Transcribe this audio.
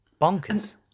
bonkers